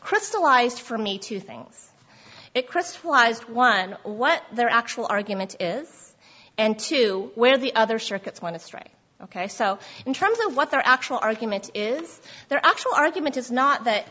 crystallized for me two things it crystallised one what their actual argument is and two where the other circuits want to strike ok so in terms of what their actual argument is their actual argument is not that